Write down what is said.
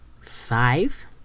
five